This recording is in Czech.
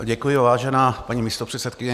Děkuji, vážená paní místopředsedkyně.